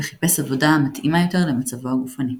וחיפש עבודה המתאימה יותר למצבו הגופני.